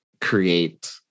create